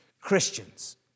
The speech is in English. Christians